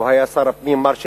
הוא היה שר הפנים, מר שטרית,